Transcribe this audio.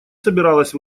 собиралась